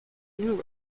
new